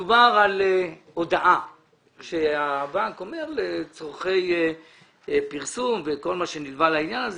מדובר על הודעה שהבנק אומר - לצורכי פרסום וכל מה שנלווה לעניין הזה